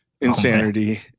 Insanity